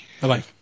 Bye